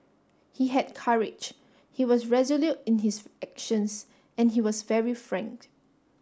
he had courage he was resolute in his actions and he was very frank